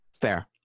Fair